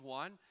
one